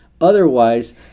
Otherwise